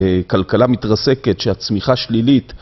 כלכלה מתרסקת שהצמיחה שלילית